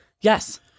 yes